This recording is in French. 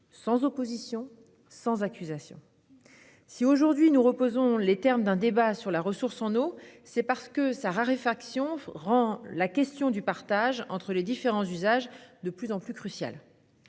sans opposition, sans accusation. Si, aujourd'hui, nous reposons les termes d'un débat sur la ressource en eau, c'est parce que sa raréfaction rend la question du partage entre ses différents usages de plus en plus cruciale.